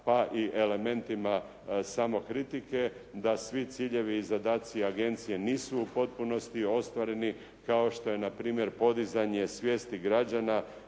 pa i elementima samo kritike da svi ciljevi i zadaci agencije nisu u potpunosti ostvareni kao što je na primjer podizanje svijesti građana